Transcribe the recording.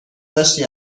داشتی